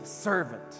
servant